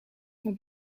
font